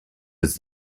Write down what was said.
his